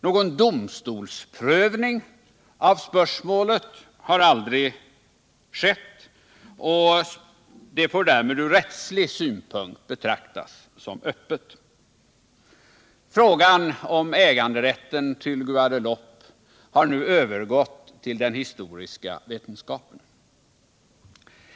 Någon domstolsprövning av spörsmålet har aldrig skett, och frågan får därmed från rättslig synpunkt betraktas som öppen. Spörsmålet om äganderätten till Guadeloupe har nu övergått till den historiska vetenskapen.